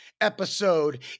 episode